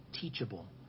teachable